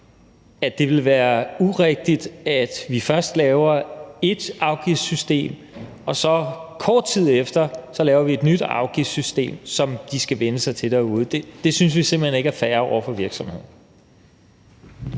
at det ville være urigtigt, at vi først laver et afgiftssystem og så kort tid efter laver et nyt afgiftssystem, som de skal vænne sig til derude. Det synes vi simpelt hen ikke er fair over for virksomhederne.